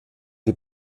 die